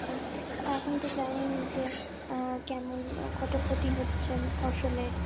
এখন তো জানেনই যে কেমন কত ক্ষতি হচ্ছে ফসলের